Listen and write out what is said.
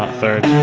um third